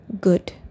good